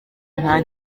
nta